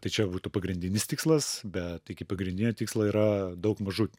tai čia būtų pagrindinis tikslas bet iki pagrindinio tikslo yra daug mažų